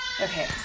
Okay